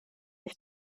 ich